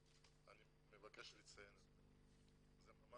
אני מבקש לציין את זה.